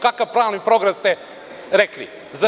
Kakav plan i program ste rekli?